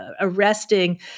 arresting